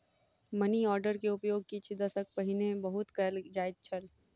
money order के उपयोग किछ दशक पहिने बहुत कयल जाइत छल